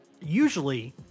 usually